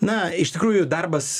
na iš tikrųjų darbas